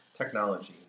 technology